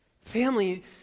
Family